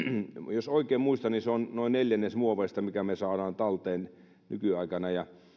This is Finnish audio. jos oikein muistan niin se on noin neljännes muoveista minkä me saamme talteen nykyaikana ja